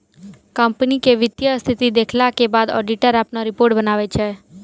company के वित्तीय स्थिति देखला के बाद ऑडिटर अपनो रिपोर्ट बनाबै छै